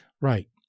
Right